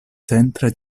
centra